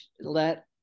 let